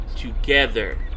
together